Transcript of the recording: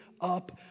up